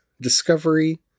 Discovery